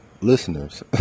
listeners